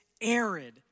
arid